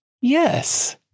Yes